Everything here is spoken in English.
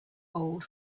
old